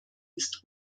ist